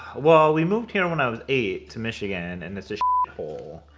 well, we moved here when i was eight, to michigan, and it's a s hole.